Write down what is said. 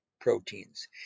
proteins